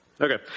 Okay